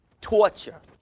Torture